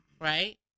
right